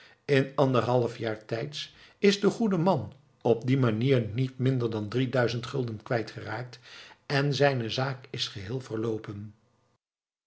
in anderhalf jaar tijds is de goede man op die manier niet minder dan drieduizend gulden kwijtgeraakt en zijne zaak is geheel verloopen